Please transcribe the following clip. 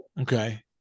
Okay